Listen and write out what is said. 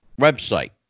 website